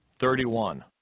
thirty-one